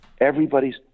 everybody's